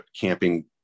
camping